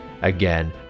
again